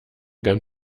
ganz